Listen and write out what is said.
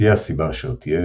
תהיה הסבה אשר תהיה,